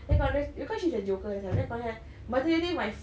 then kawan dia because she's a joker herself then kawan dia kan maternity my